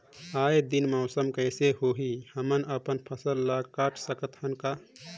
आय दिन मौसम कइसे होही, हमन अपन फसल ल काट सकत हन का?